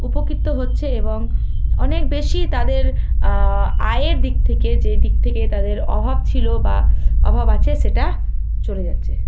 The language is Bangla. উপকৃত হচ্ছে এবং অনেক বেশি তাদের আয়ের দিক থেকে যে দিক থেকে তাদের অভাব ছিলো বা অভাব আছে সেটা চলে যাচ্ছে